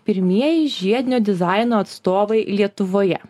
pirmieji žiedinio dizaino atstovai lietuvoje